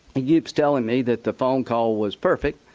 the he keeps telling me that the phone call was perfect.